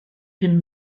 pum